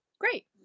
Great